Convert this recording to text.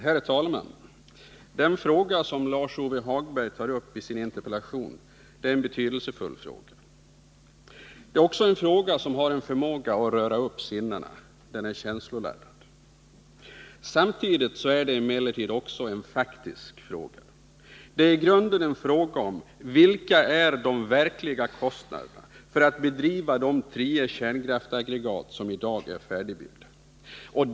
Herr talman! Den fråga som Lars-Ove Hagberg tar upp i sin interpellation är en betydelsefull fråga. Det är också en fråga som har förmågan att röra upp sinnena — den är känsloladdad. Samtidigt är det emellertid också en faktisk fråga. Det är i grunden en fråga om vilka de verkliga kostnaderna är för att driva de tio kärnkraftsaggregat som i dag är färdigbyggda.